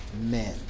men